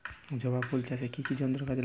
জবা ফুল চাষে কি কি যন্ত্র কাজে লাগে?